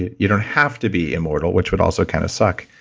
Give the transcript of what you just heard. you don't have to be immortal, which would also kind of suck.